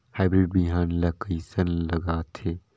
Hybrid बिहान ला कइसन लगाथे?